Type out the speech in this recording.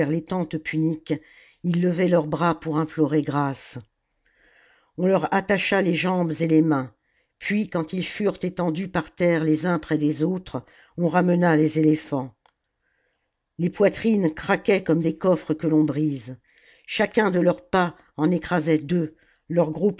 les tentes puniques ils levaient leurs bras pour implorer grasse on leur attacha les jambes et les mains puis quand ils furent étendus par terre les uns près des autres on ramena les éléphants les poitrines craquaient comme des coffres que l'on brise chacun de leurs pas en écrasait deux leurs gros